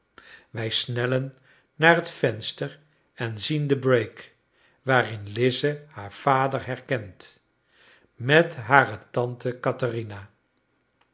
wij snellen naar het venster en zien de break waarin lize haar vader herkent met hare tante katherina